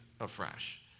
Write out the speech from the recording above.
afresh